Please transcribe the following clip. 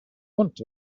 want